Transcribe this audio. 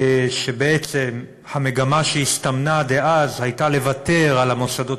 ובעצם המגמה שהסתמנה אז הייתה לוותר על המוסדות